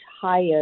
higher